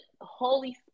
Holy